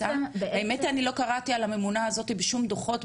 האמת אני לא קראתי על הממונה הזאת בשום דו"חות,